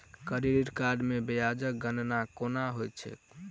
credit card मे ब्याजक गणना केना होइत छैक